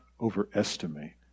overestimate